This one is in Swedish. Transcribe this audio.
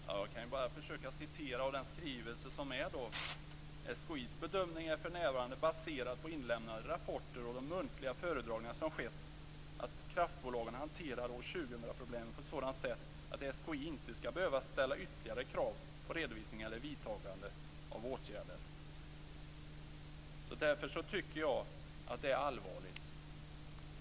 Fru talman! Jag kan bara försöka citera ur den skrivelse som finns: "SKI:s bedömning är för närvarande, baserad på inlämnade rapporter och de muntliga föredragningar som skett, att kraftbolagen hanterar år 2000 problemet på ett sådant sätt att SKI inte skall behöva ställa ytterligare krav på redovisning eller vidtagande av åtgärder." Därför tycker jag att det är allvarligt.